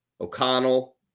O'Connell